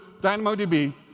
DynamoDB